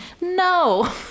No